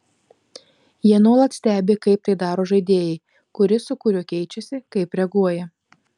jie nuolat stebi kaip tai daro žaidėjai kuris su kuriuo keičiasi kaip reaguoja